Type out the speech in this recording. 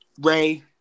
Ray